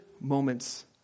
moments